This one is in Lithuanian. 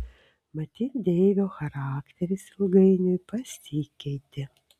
matyt deivio charakteris ilgainiui pasikeitė